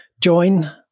join